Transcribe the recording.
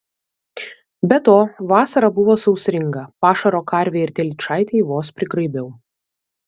be to vasara buvo sausringa pašaro karvei ir telyčaitei vos prigraibiau